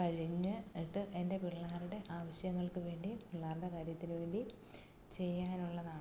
കഴിഞ്ഞിട്ട് എൻ്റെ പിള്ളേരുടെ ആവിശ്യങ്ങൾക്ക് വേണ്ടി പിള്ളേരുടെ കാര്യത്തിന് വേണ്ടി ചെയ്യാൻ ഉള്ളതാണ്